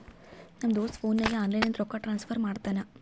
ನಮ್ ದೋಸ್ತ ಫೋನ್ ನಾಗೆ ಆನ್ಲೈನ್ ಲಿಂತ ರೊಕ್ಕಾ ಟ್ರಾನ್ಸಫರ್ ಮಾಡ್ತಾನ